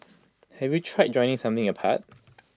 have you tried joining something apart